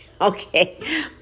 Okay